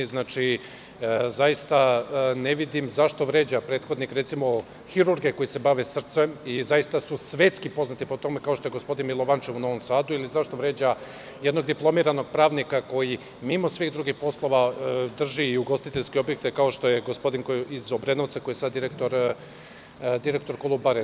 Ne vidim zašto vređa, recimo, hirurge koji se bave srcem i zaista su svetski poznati po tome, kao što je gospodin Milovančev u Novom Sadu ili zašto vređa jednog diplomiranog pravnika koji mimo svih drugih poslova drži i ugostiteljske objekte, kao što je gospodin iz Obrenovca, koji je sada direktor "Kolubare"